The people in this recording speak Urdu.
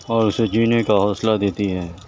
اور اسے جینے کا حوصلہ دیتی ہے